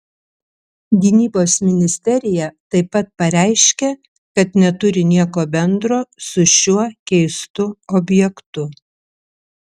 gynybos ministerija taip pat pareiškė kad neturi nieko bendro su šiuo keistu objektu